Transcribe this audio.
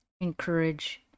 encourage